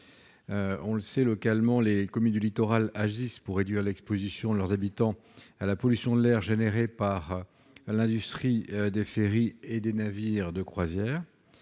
À l'échelon local, les communes du littoral agissent pour réduire l'exposition de leurs habitants à la pollution de l'air provoquée par l'industrie des ferries et des navires de croisière.